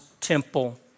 temple